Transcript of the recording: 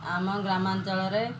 ଆମ ଗ୍ରାମାଞ୍ଚଳରେ